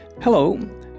hello